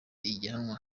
ihiganwa